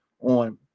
on